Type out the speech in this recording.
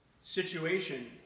situation